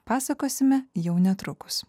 pasakosime jau netrukus